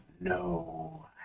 no